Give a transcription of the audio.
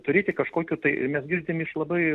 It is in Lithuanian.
turėti kažkokių tai mes girdim iš labai